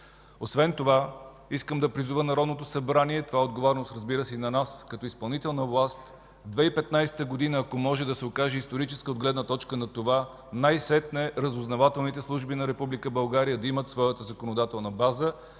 Освен това, искам да призова Народното събрание, това е отговорност, разбира се, и на нас като изпълнителна власт, 2015 г., ако може, да се окаже историческа от гледна точка на това най-сетне разузнавателните служби на Република България да имат своята законодателна база.